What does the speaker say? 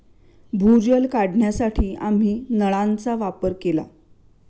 भूजल काढण्यासाठी आम्ही नळांचा वापर केला